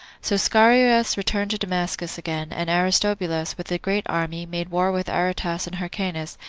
so scaurus returned to damascus again and aristobulus, with a great army, made war with aretas and hyrcanus,